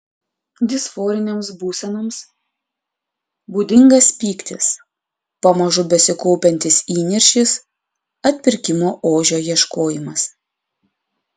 disforinėms būsenoms būdingas pyktis pamažu besikaupiantis įniršis atpirkimo ožio ieškojimas